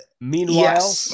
Meanwhile